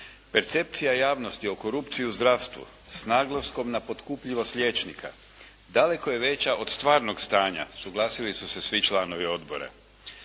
Percepcija javnosti o korupciji u zdravstvu s naglaskom na potkupljivost liječnika daleko je veća od stvarnog stanja, suglasili su se svi članovi odbora.